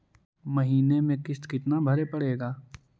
महीने में किस्त कितना भरें पड़ेगा?